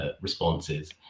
responses